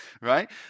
right